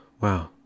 wow